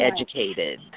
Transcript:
educated